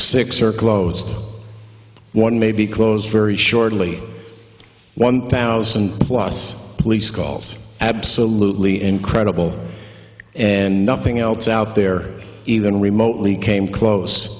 six are closed one may be closed very shortly one thousand police calls absolutely incredible and nothing else out there even remotely came close